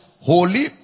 holy